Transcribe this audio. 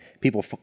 People